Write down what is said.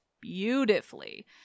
beautifully